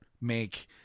make